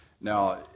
Now